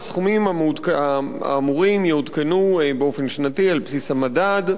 הסכומים האמורים יעודכנו באופן שנתי על בסיס המדד.